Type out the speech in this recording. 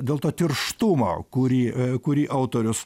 dėl to tirštumo kurį kurį autorius